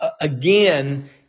again